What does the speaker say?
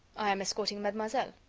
i am escorting mademoiselle.